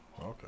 Okay